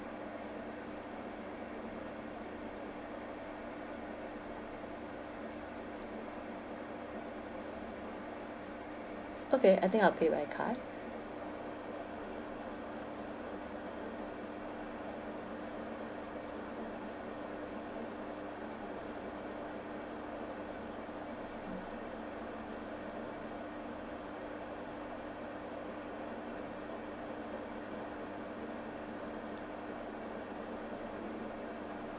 okay I think I'll pay by card